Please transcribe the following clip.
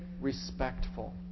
respectful